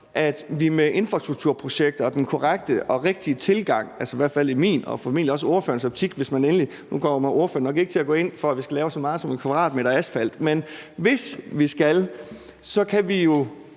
at vi ved infrastrukturprojekter og den korrekte og rigtige tilgang – i hvert fald i min og formentlig også i ordførerens optik; nu kommer ordføreren jo nok ikke til at gå ind for, at vi skal lave en kvadratmeter asfalt, men hvis vi skal – faktisk